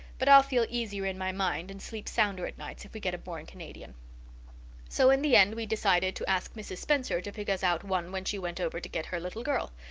but i'll feel easier in my mind and sleep sounder at nights if we get a born canadian so in the end we decided to ask mrs. spencer to pick us out one when she went over to get her little girl.